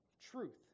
Truth